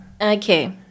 Okay